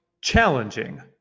challenging